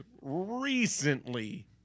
recently